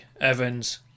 Evans